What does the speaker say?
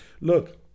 Look